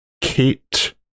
kate